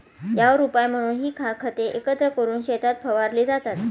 यावर उपाय म्हणून ही खते एकत्र करून शेतात फवारली जातात